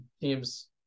teams